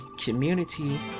community